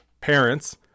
parents